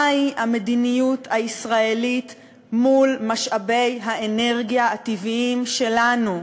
מהי המדיניות הישראלית בעניין משאבי האנרגיה הטבעיים שלנו,